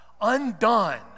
undone